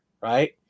right